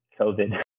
COVID